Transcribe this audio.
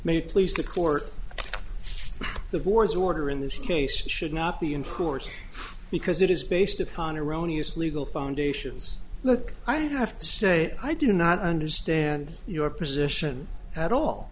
may please the court the board's order in this case should not be in court because it is based upon erroneous legal foundations look i have to say i do not understand your position at all